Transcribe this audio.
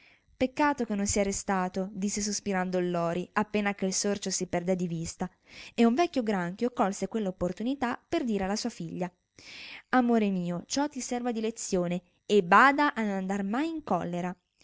peccato che non sia restato disse sospirando il lori appena che il sorcio si perdè di vista e un vecchio granchio colse quella opportunità per dire alla sua figlia amore mio ciò ti serva di lezione e bada a non andar mai in collera